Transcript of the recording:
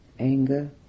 anger